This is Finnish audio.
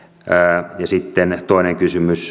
ja sitten toinen kysymys